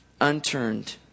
unturned